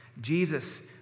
Jesus